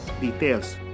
details